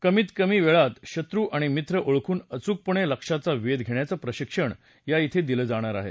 कमीत कमी वेळात शत्र् किंवा मित्र ओळखून अचूकपणे लक्ष्याचा वेध घेण्याचं प्रशिक्षण दिलं जाणार आहे